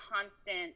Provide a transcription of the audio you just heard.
constant